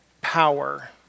power